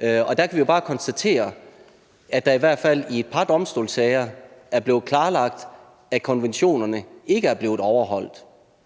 og der kan vi jo bare konstatere, at der i hvert fald i et par domstolssager er blevet klarlagt, at konventionerne ikke er blevet overholdt,